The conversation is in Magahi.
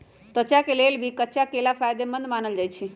त्वचा के लेल भी कच्चा केला फायेदेमंद मानल जाई छई